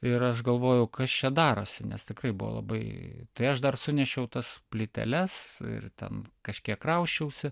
ir aš galvojau kas čia darosi nes tikrai buvo labai tai aš dar sunešiau tas plyteles ir ten kažkiek krausčiausi